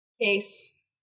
case